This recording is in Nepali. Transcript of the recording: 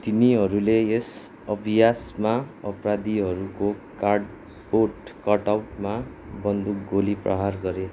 तिनीहरूले यस अभ्यासमा अपराधीहरूको कार्डबोर्ड कटआउटमा बन्दुक गोली प्रहार गरे